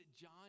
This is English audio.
John